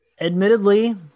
admittedly